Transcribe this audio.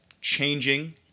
changing